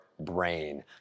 brain